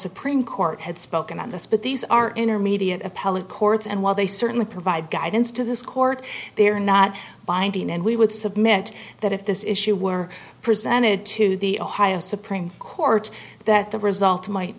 supreme court has spoken on this but these are intermediate appellate courts and while they certainly provide guidance to this court they are not binding and we would submit that if this issue were presented to the ohio supreme court that the result might